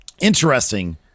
interesting